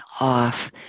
off